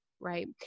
Right